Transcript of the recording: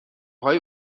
های